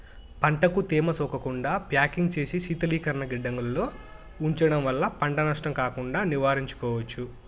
పంటకు తేమ సోకకుండా ప్యాకింగ్ చేసి శీతలీకరణ గిడ్డంగులలో ఉంచడం వల్ల పంట నష్టం కాకుండా నివారించుకోవచ్చు